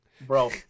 Bro